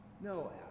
No